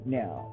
now